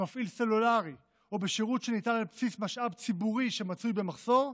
במפעיל סלולרי או בשירות שניתן על בסיס משאב ציבורי שמצוי במחסור,